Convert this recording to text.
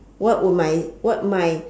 what would my what my